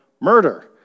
murder